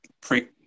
pre